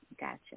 Gotcha